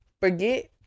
forget